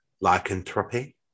lycanthropy